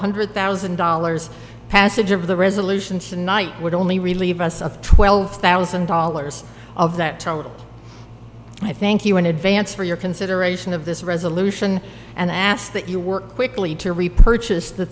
hundred thousand dollars passage of the resolution tonight would only relieve us of twelve thousand dollars of that i thank you in advance for your consideration of this resolution and ask that you work quickly to repurchase the